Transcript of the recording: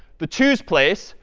the twos place,